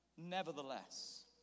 Nevertheless